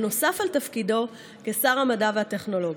נוסף על תפקידו כשר המדע והטכנולוגיה.